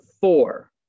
four